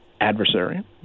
adversary